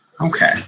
Okay